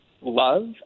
love